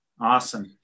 Awesome